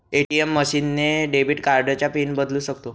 ATM machine ने debit कार्डचा PIN बदलू शकतो